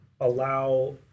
allow